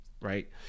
Right